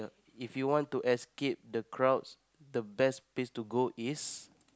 if you want to escape the crowds the best place to go is